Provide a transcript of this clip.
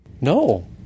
No